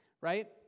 right